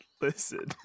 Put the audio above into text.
listen